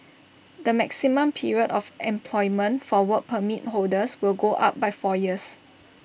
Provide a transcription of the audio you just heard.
the maximum period of employment for Work Permit holders will go up by four years